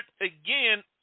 again